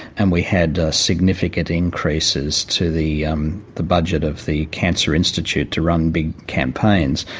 and we had significant increases to the um the budget of the cancer institute to run big campaigns.